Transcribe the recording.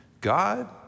God